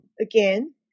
again